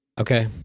okay